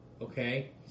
okay